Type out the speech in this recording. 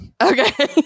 Okay